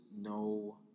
no